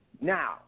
Now